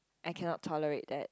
I cannot tolerate that